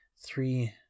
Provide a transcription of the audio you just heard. three